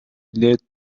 led